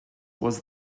was